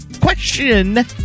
Question